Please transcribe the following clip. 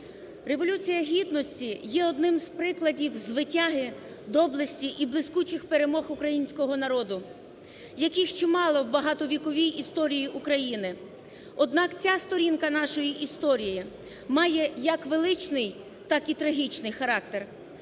Революція Гідності є одним з прикладів звитяги, доблесті і блискучих перемог українського народу, яких чимало в багатовіковій історії України. Однак ця сторінка нашої історії має як величний, так і трагічний характер.